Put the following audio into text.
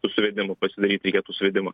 su suvedimu pasidaryt reikėtų suvedimą